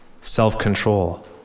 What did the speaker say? self-control